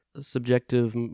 subjective